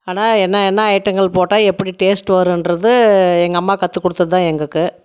ஆனால் என்ன என்ன ஐட்டங்கள் போட்டால் எப்படி டேஸ்ட் வரும்ன்றது எங்கள் அம்மா கற்று கொடுத்ததுதான் எங்களுக்கு